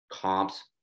comps